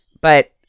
but-